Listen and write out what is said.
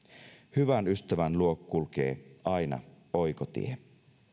hyvän ystävän luo kulkee aina oikotie